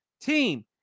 team